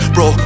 Bro